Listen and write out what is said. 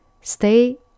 Stay